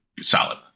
solid